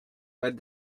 led